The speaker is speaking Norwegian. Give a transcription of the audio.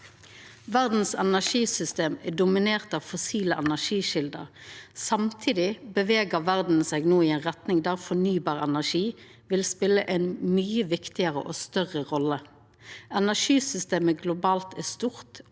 Verdas energisystem er dominerte av fossile energikjelder. Samtidig bevegar verda seg no i ei retning der fornybar energi vil spela ei mykje viktigare og større rolle. Energisystemet globalt er stort,